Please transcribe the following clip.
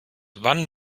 wann